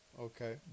Okay